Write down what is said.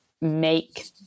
make